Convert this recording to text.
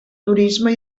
turisme